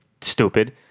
Stupid